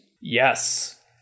Yes